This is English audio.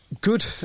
good